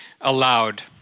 allowed